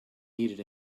needed